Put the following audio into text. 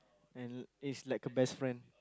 and is like a best friend